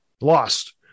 lost